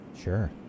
Sure